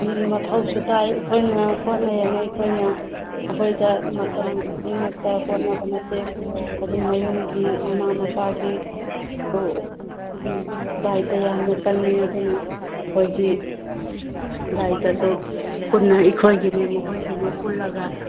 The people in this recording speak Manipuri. ꯃꯊꯧꯁꯨ ꯇꯥꯏ ꯑꯩꯈꯣꯏꯅ ꯍꯧꯠꯅꯩ ꯍꯥꯏꯅ ꯑꯩꯈꯣꯏꯅ ꯃꯈꯣꯏꯗ ꯃꯇꯝ ꯈꯨꯗꯤꯡꯃꯛꯇ ꯍꯣꯠꯅꯕ ꯅꯠꯇꯦ ꯑꯗꯨꯅ ꯃꯌꯨꯝꯒꯤ ꯃꯃꯥ ꯃꯄꯥꯒꯤ ꯗꯥꯏꯇ ꯌꯥꯝꯅ ꯆꯪꯏ ꯑꯗꯨꯅ ꯃꯈꯣꯏꯒꯤ ꯗꯥꯏꯇꯁꯨ ꯄꯨꯟꯅ ꯑꯥꯈꯣꯏꯒꯤꯅꯦ ꯃꯈꯣꯏꯒꯤꯅꯦ ꯄꯨꯜꯂꯒ